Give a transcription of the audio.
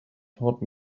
taught